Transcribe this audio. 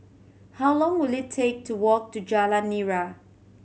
how long will it take to walk to Jalan Nira